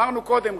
אמרנו קודם,